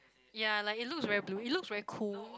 ya like it looks very blue it looks very cool